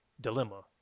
dilemma